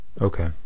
Okay